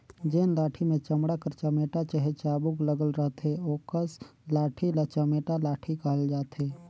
जेन लाठी मे चमड़ा कर चमेटा चहे चाबूक लगल रहथे ओकस लाठी ल चमेटा लाठी कहल जाथे